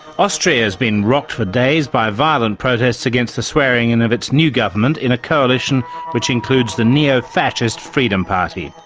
austria has been rocked for days by violent protests against the swearing-in of its new government in a coalition which includes the neofascist freedom party.